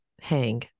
hang